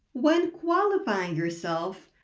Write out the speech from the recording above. when qualifying yourself,